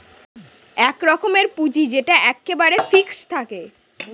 এক রকমের পুঁজি যেটা এক্কেবারে ফিক্সড থাকে